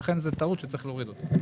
זאת טעות שצריך להוריד אותה.